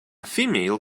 female